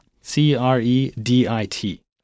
C-R-E-D-I-T